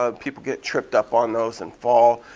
ah people get tripped up on those and fall.